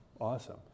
awesome